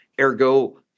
ergo